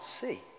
see